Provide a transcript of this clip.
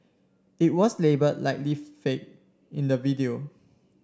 it was labelled Likely Fake in the video